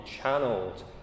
channeled